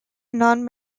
non